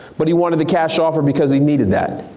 but he wanted the cash offer because he needed that.